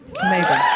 Amazing